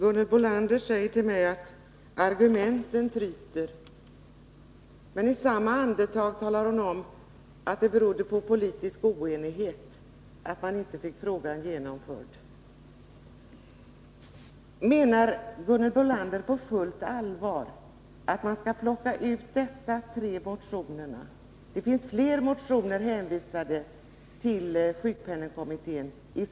Herr talman! Gunhild Bolander säger att argumenten tryter. Men i samma andetag framhåller hon att det på grund av politisk oenighet inte gick att få till stånd en lösning i den här frågan. Menar Gunhild Bolander på fullt allvar att man skall plocka ut de tre aktuella motionerna? Det finns ju fler motioner i samma ärende, vilka hänvisats till sjukpenningkommittén.